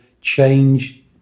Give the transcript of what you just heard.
Change